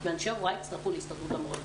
ואני הוראה הצטרפו להסתדרות המורים.